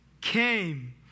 came